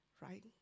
right